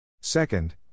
Second